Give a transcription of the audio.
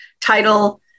title